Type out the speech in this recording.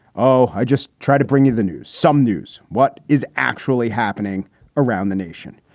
oh, i just try to bring you the news. some news. what is actually happening around the nation.